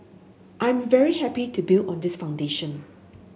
I'm very happy to build on this foundation